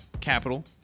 capital